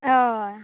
हय